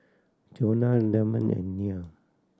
Johnna Damion and Nia